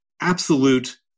absolute